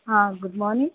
हाँ good morning